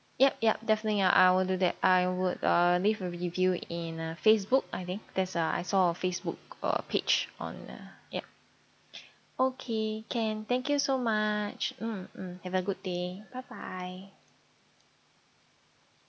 yup yup definitely I will do that I would uh leave a review in uh facebook I think there's a I saw on facebook or page on uh yup okay can thank you so much mm mm have a good day bye bye